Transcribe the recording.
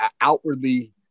outwardly